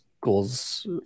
goals